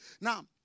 Now